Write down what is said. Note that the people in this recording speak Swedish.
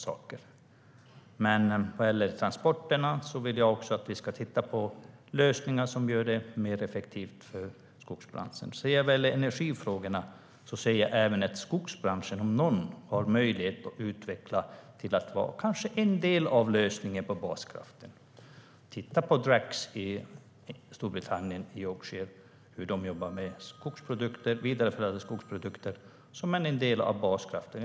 I fråga om transporterna vill jag att man ska titta på lösningar som gör det mer effektivt för skogsbranschen. När det gäller energifrågorna har skogsbranschen, om någon, möjlighet att utvecklas till att vara en del av lösningen på baskraften. Titta på hur Tracks i Yorkshire, Storbritannien, jobbar med vidareförädlade skogsprodukter som en del av baskraften.